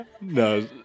no